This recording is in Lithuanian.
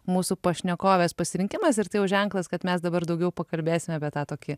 mūsų pašnekovės pasirinkimas ir tai jau ženklas kad mes dabar daugiau pakalbėsim apie tą tokį